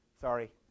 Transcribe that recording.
Sorry